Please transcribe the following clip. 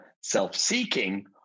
self-seeking